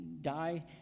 die